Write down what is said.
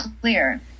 clear